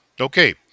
Okay